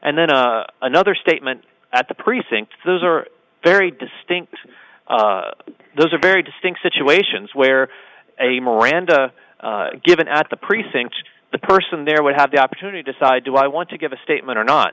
and then another statement at the precinct those are very distinct those are very distinct situations where a miranda given at the precinct the person there would have the opportunity decide do i want to give a statement or not